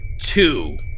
two